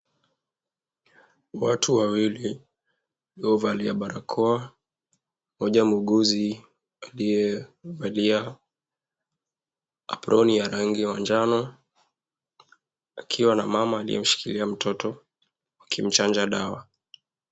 Watu wawili waliovalia barakoa, mmoja muuguzi aliyevalia apron ya rangi ya manjano, akiwa na mama aliyemshikilia mtoto akimchanja dawa.